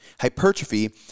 hypertrophy